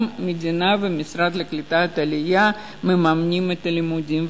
גם המדינה והמשרד לקליטת העלייה מממנים את הלימודים.